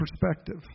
perspective